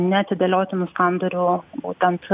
neatidėliotinų sandorių būtent